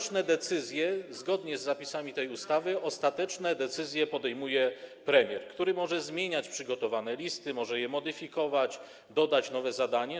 Zgodnie z zapisami tej ustawy ostateczne decyzje podejmuje premier, który może zmieniać przygotowane listy, może je modyfikować, dodać nowe zadania.